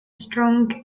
strong